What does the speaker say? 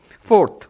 Fourth